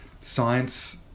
science